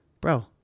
Bro